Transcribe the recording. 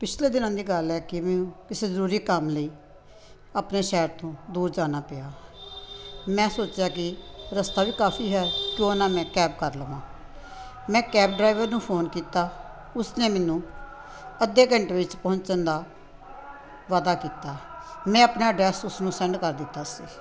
ਪਿਛਲੇ ਦਿਨਾਂ ਦੀ ਗੱਲ ਹੈ ਕਿ ਮੈਨੂੰ ਕਿਸੇ ਜ਼ਰੂਰੀ ਕੰਮ ਲਈ ਆਪਣੇ ਸ਼ਹਿਰ ਤੋਂ ਦੂਰ ਜਾਣਾ ਪਿਆ ਮੈਂ ਸੋਚਿਆ ਕਿ ਰਸਤਾ ਵੀ ਕਾਫੀ ਹੈ ਕਿਉਂ ਨਾ ਮੈਂ ਕੈਬ ਕਰ ਲਵਾਂ ਮੈਂ ਕੈਬ ਡਰਾਈਵਰ ਨੂੰ ਫੋਨ ਕੀਤਾ ਉਸਨੇ ਮੈਨੂੰ ਅੱਧੇ ਘੰਟੇ ਵਿੱਚ ਪਹੁੰਚਣ ਦਾ ਵਾਅਦਾ ਕੀਤਾ ਮੈਂ ਆਪਣਾ ਐਡਰੈਸ ਉਸਨੂੰ ਸੈਂਡ ਕਰ ਦਿੱਤਾ ਸੀ